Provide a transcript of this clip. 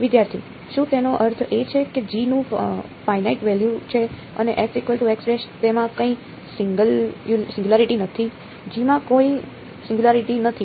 વિદ્યાર્થી શું તેનો અર્થ એ છે કે G નું ફાઇનાઇટ વેલ્યુ છે અને તેમાં કોઈ સિંગયુંલારીટી નથી